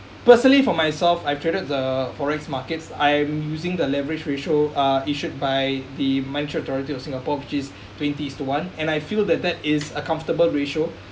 personally for myself I've traded the forex markets I'm using the leverage ratio uh issued by the monetary authority of singapore which is twenty is to one and I feel that that is a comfortable ratio